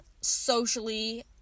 socially